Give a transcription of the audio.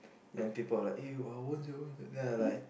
then people will like eh what's that what's that then I like